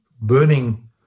burning